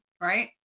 right